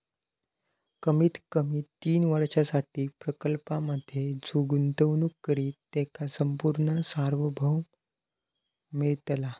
कमीत कमी तीन वर्षांसाठी प्रकल्पांमधे जो गुंतवणूक करित त्याका संपूर्ण सार्वभौम मिळतला